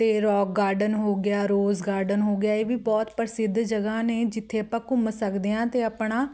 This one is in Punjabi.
ਅਤੇ ਰੌਕ ਗਾਰਡਨ ਹੋ ਗਿਆ ਰੋਜ਼ ਗਾਰਡਨ ਹੋ ਗਿਆ ਇਹ ਵੀ ਬਹੁਤ ਪ੍ਰਸਿੱਧ ਜਗ੍ਹਾ ਨੇ ਜਿੱਥੇ ਆਪਾਂ ਘੁੰਮ ਸਕਦੇ ਹਾਂ ਅਤੇ ਆਪਣਾ